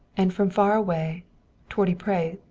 and from far away, toward